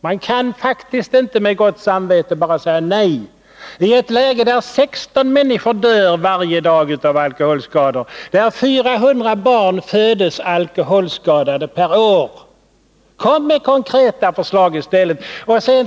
Man kan faktiskt inte med gott samvete bara säga nej i ett läge där 16 människor dör varje dag av alkoholskador och där 400 barn per år föds alkoholskadade. Kom med konkreta förslag i stället.